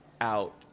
out